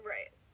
Right